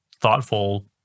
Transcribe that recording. thoughtful